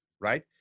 right